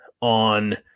on